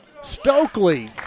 Stokely